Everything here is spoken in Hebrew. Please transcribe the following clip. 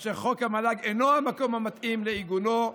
אשר חוק המל"ג אינו המקום המתאים לעיגונו,